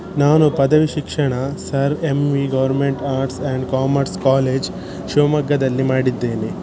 ನಾನು ಪದವಿ ಶಿಕ್ಷಣ sir M V government arts and commerce college ಶಿವಮೊಗ್ಗದಲ್ಲಿ ಮಾಡಿದ್ದೇನೆ